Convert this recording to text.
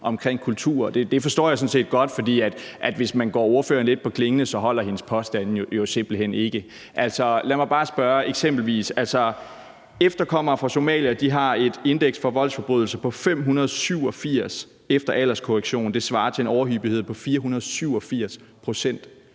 om kultur, og det forstår jeg sådan set godt, for hvis man går ordføreren lidt på klingen, holder hendes påstande jo simpelt hen ikke. Lad mig eksempelvis bare spørge: Efterkommere fra Somalia har et indeks for voldsforbrydelser på 587 efter alderskorrektion. Det svarer til en overhyppighed på 487 pct.